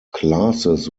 classes